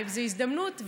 זו הזדמנות,